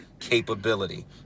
capability